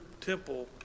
temple